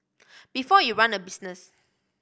before you run a business